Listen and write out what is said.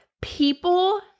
people